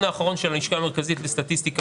האחרון שפרסמה הלשכה המרכזית לסטטיסטיקה